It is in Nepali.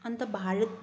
अन्त भारत